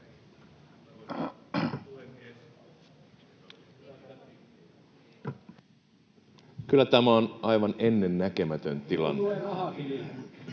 Kyllä tämä on aivan ennennäkemätön tilanne.